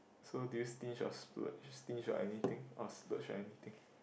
so do you stinge or splurge stinge or anything or splurge on anything